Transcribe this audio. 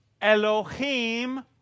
Elohim